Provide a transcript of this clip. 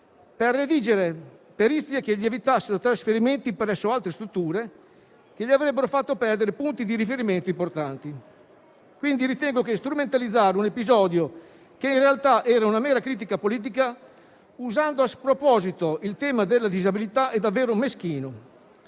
per redigere perizie che gli evitassero trasferimenti presso altre strutture che gli avrebbero fatto perdere punti di riferimento importanti. Quindi, ritengo che strumentalizzare un episodio che in realtà era una mera critica politica, usando a sproposito il tema della disabilità, è davvero meschino;